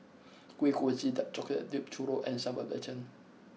Kuih Kochi dark chocolate dipped Churro and Sambal Belacan